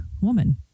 woman